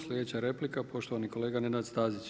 Slijedeća replika poštovani kolega Nenad Stazić.